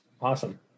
Awesome